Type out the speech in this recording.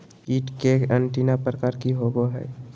कीट के एंटीना प्रकार कि होवय हैय?